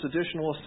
additional